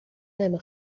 نمی